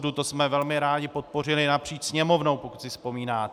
To jsme velmi rádi podpořili napříč Sněmovnou, pokud si vzpomínáte.